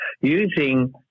using